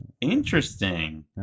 Interesting